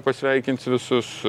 pasveikins visus